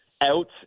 out